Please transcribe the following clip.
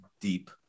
deep